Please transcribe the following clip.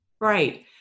right